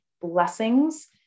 blessings